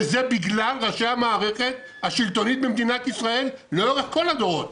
וזה בגלל ראשי המערכת השלטונית במדינת ישראל לאורך כל הדורות,